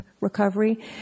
recovery